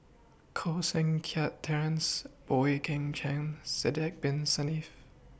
Koh Seng Kiat Terence Boey Kim Cheng Sidek Bin Saniff